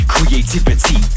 Creativity